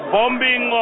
bombing